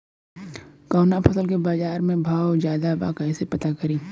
कवना फसल के बाजार में भाव ज्यादा बा कैसे पता करि?